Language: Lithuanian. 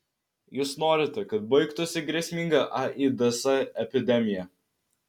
jūs norite kad baigtųsi grėsminga aids epidemija